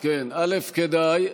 כדאי,